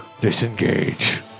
Disengage